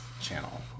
channel